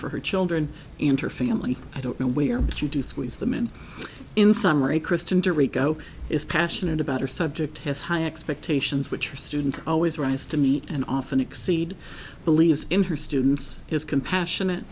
for her children and her family i don't know where but you do squeeze them and in summer a christian to rico is passionate about her subject has high expectations which her students always rise to meet and often exceed believes in her students his compassionate